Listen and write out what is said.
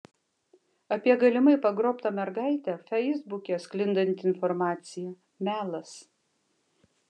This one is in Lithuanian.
apie galimai pagrobtą mergaitę feisbuke sklindanti informacija melas